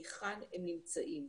היכן הם נמצאים.